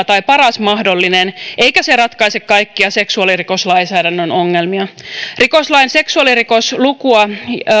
tai parhaita mahdollisia eivätkä ne ratkaise kaikkia seksuaalirikoslainsäädännön ongelmia rikoslain seksuaalirikoslukua